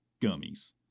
Gummies